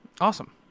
awesome